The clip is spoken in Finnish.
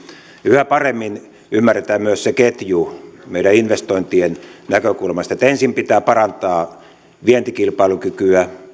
yhä paremmin ymmärretään myös se ketju meidän investointien näkökulmasta että ensin pitää parantaa vientikilpailukykyä